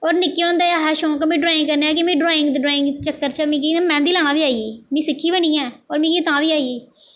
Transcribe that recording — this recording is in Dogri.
होर निक्के होंदे ऐहा शौंक मिगी ड्राईंग करने दा कि मिगी ड्राईंग ड्राईंग दे चक्कर च मिगी ना मैंह्दी लाना बी आई गेई में सिक्खी बी निं ऐ होर मिगी तां बी आई गेई